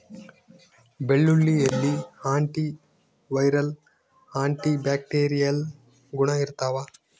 ಬೆಳ್ಳುಳ್ಳಿಯಲ್ಲಿ antiviral antibacterial ಗುಣ ಇರ್ತಾವ